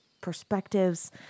perspectives